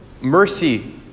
mercy